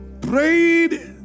Prayed